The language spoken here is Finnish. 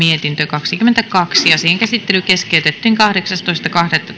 kaksikymmentäkaksi asian käsittely keskeytettiin kahdeksastoista